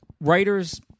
Writers